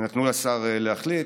ונתנו לשר להחליט.